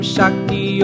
Shakti